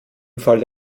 fall